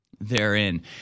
therein